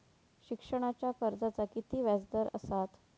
शिक्षणाच्या कर्जाचा किती व्याजदर असात?